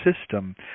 system